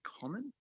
common